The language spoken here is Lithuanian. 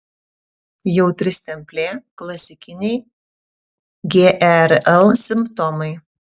jautri stemplė klasikiniai gerl simptomai